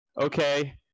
Okay